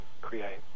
create